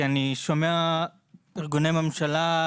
כי אני שומע מארגוני ממשלה,